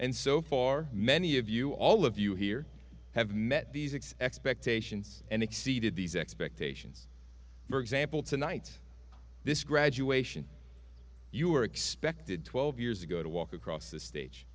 and so for many of you all of you here have met these six expectations and exceeded these expectations for example tonight this graduation you are expected twelve years ago to walk across the stage